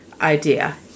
idea